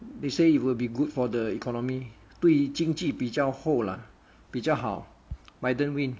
they say it will be good for the economy 对于经济比较厚 lah 比较好 biden win